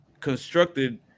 constructed